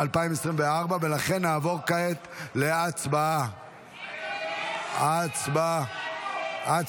נעבור לנושא הבא על סדר-היום,